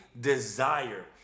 Desire